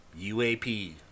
UAP